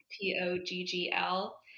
p-o-g-g-l